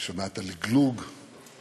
אני שומע את הלגלוג וההתרסה,